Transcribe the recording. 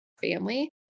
family